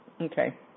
Okay